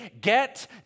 Get